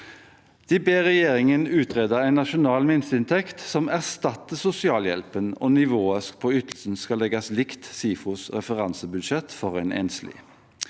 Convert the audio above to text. De ber regjeringen utrede en nasjonal minsteinntekt som erstatter sosialhjelpen, og nivået på ytelsen skal legges likt SIFOs referansebudsjett for en enslig.